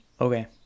Okay